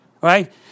right